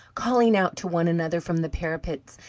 calling out to one another from the parapets,